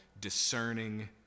discerning